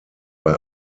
bei